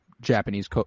Japanese